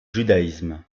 judaïsme